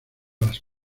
las